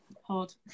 hold